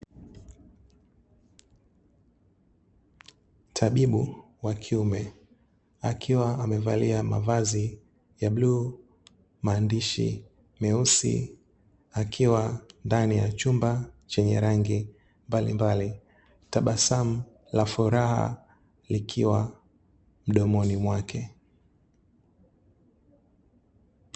Tabibu wa kiume akiwa amevalia mavazi ya bluu maandishi meusi, akiwa ndani ya chumba chenye rangi mbalimbali, tabasamu la furaha likiwa mdomoni mwake.